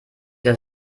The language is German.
das